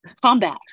combat